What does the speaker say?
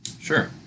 Sure